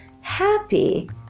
happy